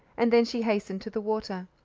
and then she hastened to the water.